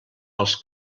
als